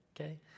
Okay